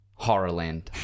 Horrorland